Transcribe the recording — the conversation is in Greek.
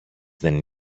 δεν